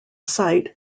site